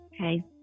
Okay